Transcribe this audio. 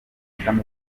ishami